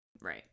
Right